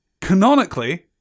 canonically